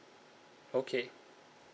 okay